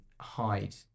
hide